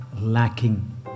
lacking